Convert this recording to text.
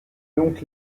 donc